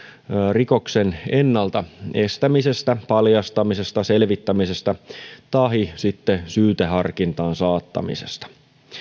rikoksen ennalta estämisestä paljastamisesta selvittämisestä tahi sitten syyteharkintaan saattamisesta